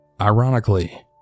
Ironically